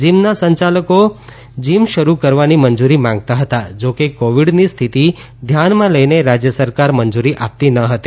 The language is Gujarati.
જીમના સંચાલકો જીમ શરૂ કરવાની મંજુરી માગતા હતા જો કે કોવિડની સ્થિતિ ધ્યાનમાં લઇને રાજ્ય સરકાર મંજુરી આપતી ન હતી